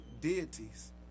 deities